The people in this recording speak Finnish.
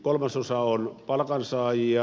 kolmasosa on palkansaajia